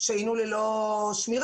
שהיינו ללא שמירה